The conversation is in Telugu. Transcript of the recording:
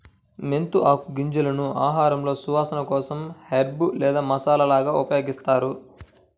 మెంతి ఆకులు, గింజలను ఆహారంలో సువాసన కోసం హెర్బ్ లేదా మసాలాగా ఉపయోగిస్తారు